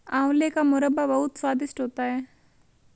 आंवले का मुरब्बा बहुत स्वादिष्ट होता है